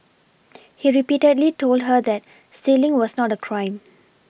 he repeatedly told her that stealing was not a crime